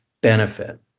benefit